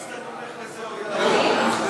ניכוי תשלומים לביטוח בריאות לעצמאים --- אדוני,